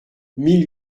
mille